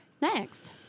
next